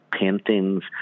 paintings